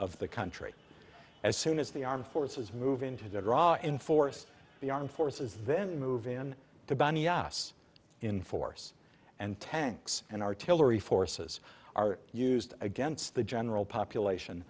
of the country as soon as the armed forces move into the draw in force the armed forces then move in to bani ass in force and tanks and artillery forces are used against the general population